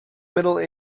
middle